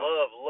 Love